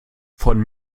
von